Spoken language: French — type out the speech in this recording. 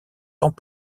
temps